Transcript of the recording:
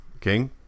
King